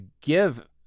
give